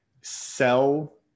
sell